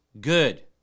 good